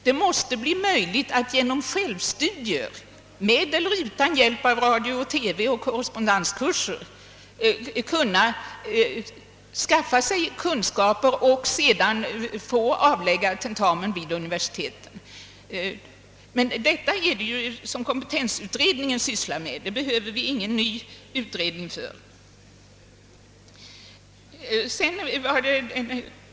Det måste bli möjligt att genom självstudier, med eller utan hjälp av radio och TV och korrespondenskurser, kunna skaffa sig kunskaper och sedan få avlägga tentamen vid universitet. Men det sysslar ju kompetensutredningen med. Det behöver vi ingen ny utredning till.